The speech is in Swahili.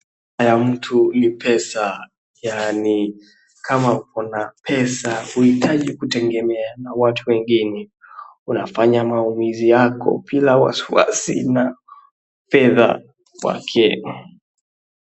Furaha ya mtu ni pesa yaani kama uko na pesa huhitaji kutegemea na watu wengine. Unafanya maamuzi yako bila wasiwasi na fedha wake.